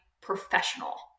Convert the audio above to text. professional